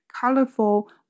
colorful